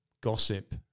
gossip